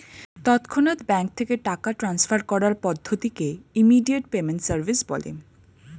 তৎক্ষণাৎ ব্যাঙ্ক থেকে টাকা ট্রান্সফার করার পদ্ধতিকে ইমিডিয়েট পেমেন্ট সার্ভিস বলে